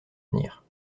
tenir